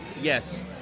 yes